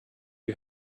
you